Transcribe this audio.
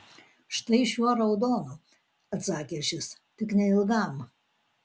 štai šiuo raudonu atsakė šis tik neilgam